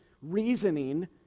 reasoning